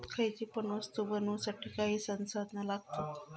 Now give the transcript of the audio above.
खयची पण वस्तु बनवुसाठी काही संसाधना लागतत